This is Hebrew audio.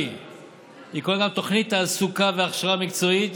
היא כוללת תוכנית תעסוקה והכשרה מקצועית